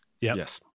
Yes